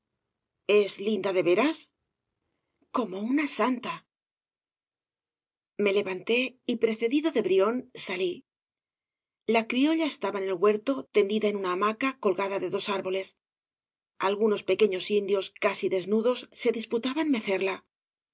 es linda de veras como una santa me levanté y precedido de brión salí la criolla estaba en el huerto tendida en una hamaca colgada de dos árboles algunos pequeíiuelos indios casi desnudos se disputaban mecerla